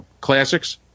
classics